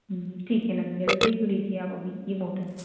ठीक है न भैया तो देख लिजिए न आप अभी ये मोटर है